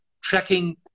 tracking